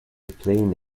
playing